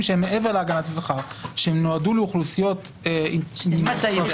שהם מעבר להגנת השכר ונועדו לאוכלוסיות עם צרכים